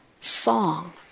song